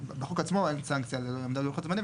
בחוק עצמו אין סנקציה לאי עמידה בלוחות הזמנים.